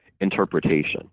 interpretation